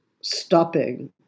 stopping